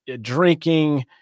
drinking